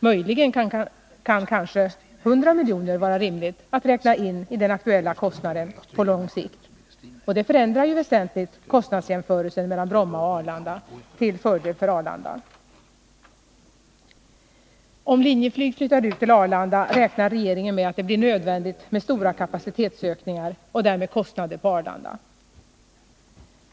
Möjligen kan det vara rimligt att räkna in 100 miljoner i den aktuella kostnaden på lång sikt — och det förändrar ju väsentligt kostnadsjämförelsen mellan Bromma och Arlanda, till fördel för Arlanda. Om Linjeflyg flyttar ut till Arlanda, räknar regeringen med att det blir nödvändigt med stora kapacitetsökningar och därmed kostnader på Arlanda.